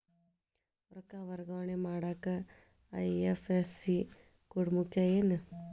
ರೊಕ್ಕ ವರ್ಗಾವಣೆ ಮಾಡಾಕ ಐ.ಎಫ್.ಎಸ್.ಸಿ ಕೋಡ್ ಮುಖ್ಯ ಏನ್